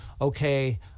okay